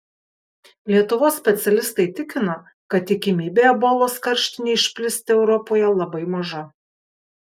lietuvos specialistai tikina kad tikimybė ebolos karštinei išplisti europoje labai maža